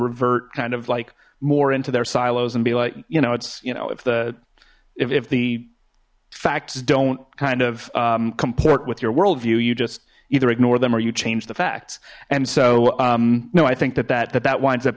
revert kind of like more into their silos and be like you know it's you know if the if the facts don't kind of comport with your worldview you just either ignore them or you change the facts and so no i think that that that that winds up